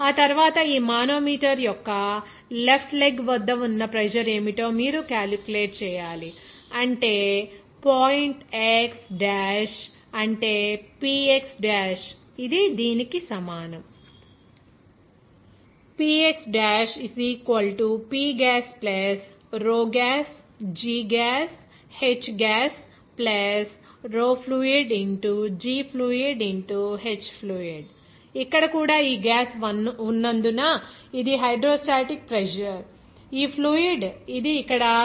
ఆ తరువాత ఈ మానోమీటర్ యొక్క లెఫ్ట్ లెగ్ వద్ద ఉన్న ప్రెజర్ ఏమిటో మీరు క్యాలిక్యులేట్ చేయాలి అంటే పాయింట్ x డాష్ అంటే Px డాష్ఇది దీనికి సమానం ఇక్కడ కూడా ఈ గ్యాస్ ఉన్నందున ఇది హైడ్రోస్టాటిక్ ప్రెజర్ ఈ ఫ్లూయిడ్ ఇది ఇక్కడ 0